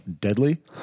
deadly